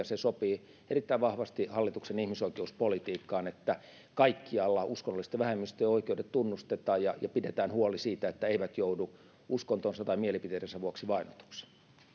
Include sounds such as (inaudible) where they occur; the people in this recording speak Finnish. (unintelligible) se sopii erittäin vahvasti hallituksen ihmisoikeuspolitiikkaan että kaikkialla uskonnollisten vähemmistöjen oikeudet tunnustetaan ja ja pidetään huoli siitä että ne eivät joudu uskontonsa tai mielipiteidensä vuoksi vainotuksi